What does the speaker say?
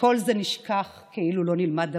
שכל זה נשכח כאילו לא נלמד דבר.